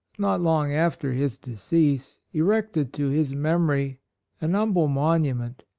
not long after his decease, erected to his memory an humble monu ment,